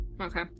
Okay